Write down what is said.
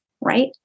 right